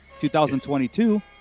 2022